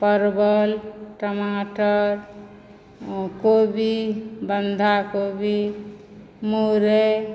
परवल टमाटर ओ कोबी बन्धाकोबी मूर